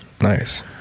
Nice